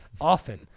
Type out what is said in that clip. often